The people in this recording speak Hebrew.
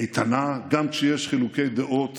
איתנה גם כשיש חילוקי דעות